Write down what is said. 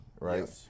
right